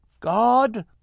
God